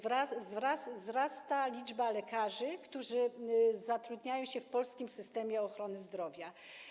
Wzrasta liczba lekarzy, którzy zatrudniają się w polskim systemie ochrony zdrowia.